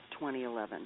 2011